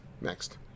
Next